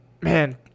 Man